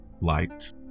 light